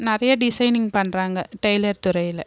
நிறைய டிசைனிங் பண்ணுறாங்க டெய்லர் துறையில்